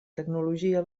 tecnologia